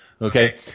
Okay